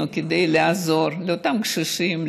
שעשינו עוד צעד אחד כדי לעזור לאותם קשישים,